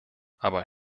aber